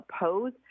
oppose